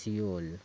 Seoul